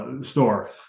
Store